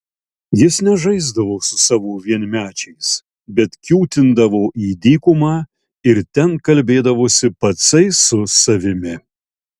jis nežaisdavo su savo vienmečiais bet kiūtindavo į dykumą ir ten kalbėdavosi patsai su savimi